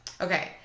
Okay